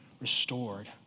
restored